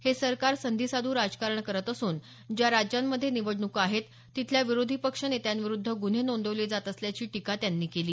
हे सरकार संधीसाधू राजकारण करत असून ज्या राज्यांमध्ये निवडणुका आहेत तिथल्या विरोधी पक्ष नेत्यांविरुद्ध गुन्हे नोंदवले जात असल्याची टीका त्यांनी केली